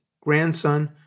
grandson